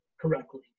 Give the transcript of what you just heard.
correctly